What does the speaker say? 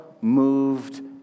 moved